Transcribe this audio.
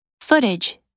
Footage